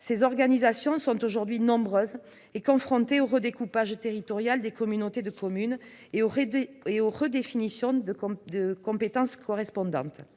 ces organisations sont aujourd'hui nombreuses et confrontées au redécoupage territorial des communautés de communes et aux redéfinitions de compétences correspondantes.